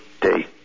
day